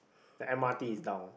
the m_r_t is down